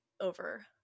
over